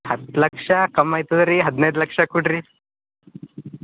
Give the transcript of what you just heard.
ಹತ್ತು ಲಕ್ಷ ಕಮ್ ಆಯ್ತುರೀ ಹದಿನೈದು ಲಕ್ಷ ಕೊಡ್ರಿ